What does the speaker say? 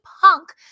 Punk